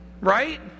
right